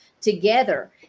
together